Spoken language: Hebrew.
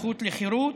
הזכות לחירות,